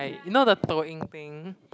like you know the toh-ying thing